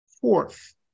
Fourth